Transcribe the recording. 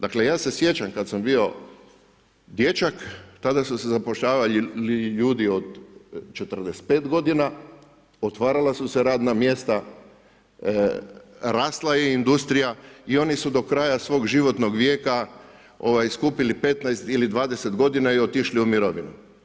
Dakle, ja se sjećam kad sam bio dječak, tada su se zapošljavali ljudi od 45 godina, otvarala su se radna mjesta, rasla je industrija i oni su do kraja svog životnog vijeka skupili 15 ili 20 godina i otišli u mirovinu.